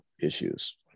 issues